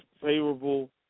favorable